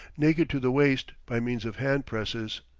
naked to the waist, by means of hand-presses.